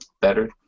better